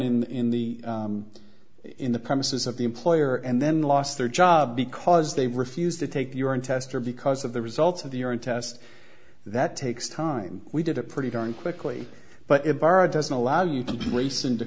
in the in the premises of the employer and then lost their job because they refused to take urine test or because of the results of the urine test that takes time we did a pretty darn quickly but it doesn't allow you to